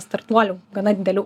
startuolių gana didelių